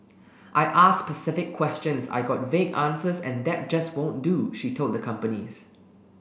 I asked specific questions I got vague answers and that just won't do she told the companies